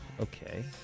Okay